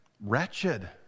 wretched